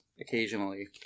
occasionally